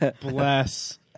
Bless